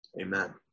Amen